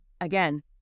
again